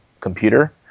computer